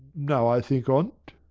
now i think on't.